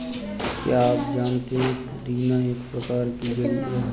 क्या आप जानते है पुदीना एक प्रकार की जड़ी है